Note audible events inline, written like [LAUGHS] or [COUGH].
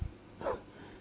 [LAUGHS]